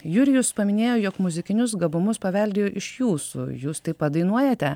jurijus paminėjo jog muzikinius gabumus paveldėjo iš jūsų jūs taip pat dainuojate